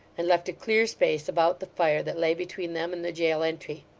and left a clear space about the fire that lay between them and the jail entry.